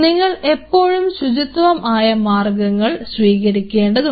നിങ്ങൾ എപ്പോഴും ശുചിത്വം ആയ മാർഗങ്ങൾ സ്വീകരിക്കേണ്ടതുണ്ട്